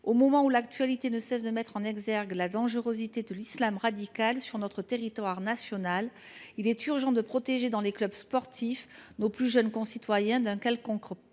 Au moment où l’actualité ne cesse de mettre en exergue la dangerosité de l’islam radical sur notre territoire national, il est urgent de protéger dans les clubs sportifs nos plus jeunes concitoyens d’un quelconque